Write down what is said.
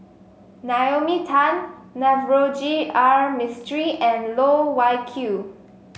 Naomi Tan Navroji R Mistri and Loh Wai Kiew